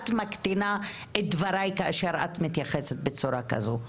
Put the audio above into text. את מקטינה את דבריי כאשר את מתייחסת בצורה כזו.